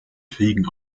kriegen